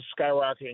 skyrocketing